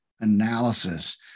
analysis